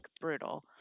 brutal